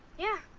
yeah,